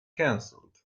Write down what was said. canceled